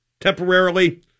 temporarily